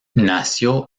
nació